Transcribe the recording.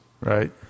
Right